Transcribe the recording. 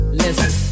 listen